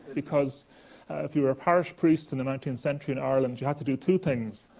because if you were a parish priest in the nineteenth century in ireland, you had to do two things.